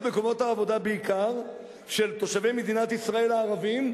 מקומות העבודה בעיקר של תושבי מדינת ישראל הערבים,